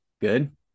Good